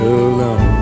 alone